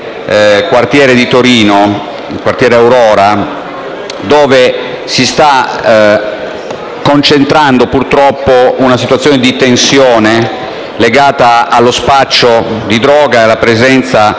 quartiere Aurora di Torino, dove si sta concentrando, purtroppo, una situazione di tensione legata allo spaccio di droga e alla presenza